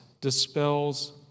Dispels